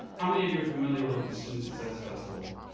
how many of you are familiar with the student success festival?